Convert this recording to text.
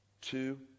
Two